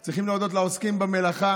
אנחנו צריכים להודות לעוסקים במלאכה.